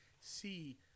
see